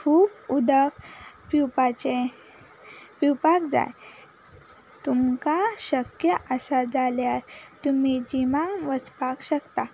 खूब उदक पिवपाचें पिवपाक जाय तुमकां शक्य आसा जाल्या तुमी जिमाक वचपाक शकता